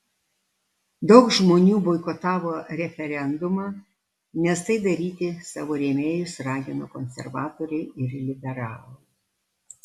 daug žmonių boikotavo referendumą nes tai daryti savo rėmėjus ragino konservatoriai ir liberalai